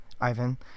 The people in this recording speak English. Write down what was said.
Ivan